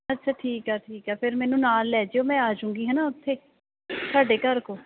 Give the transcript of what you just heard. ਅੱਛਾ ਠੀਕ ਆ ਠੀਕ ਆ ਫਿਰ ਮੈਨੂੰ ਨਾਲ ਲੈ ਜਿਉ ਮੈਂ ਆ ਜੂੰਗੀ ਹੈ ਨਾ ਉੱਥੇ ਤੁਹਾਡੇ ਘਰ ਕੋਲ